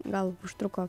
gal užtruko